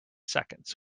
seconds